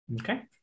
Okay